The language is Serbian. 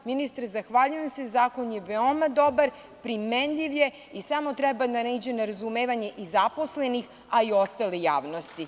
Ministre, zahvaljujem se, zakon je veoma dobar, primenjiv je i samo treba da naiđe na razumevanje i zaposlenih a i ostale javnosti.